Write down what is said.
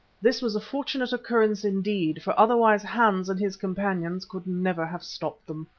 this was a fortunate occurrence indeed, for otherwise hans and his companions could never have stopped them.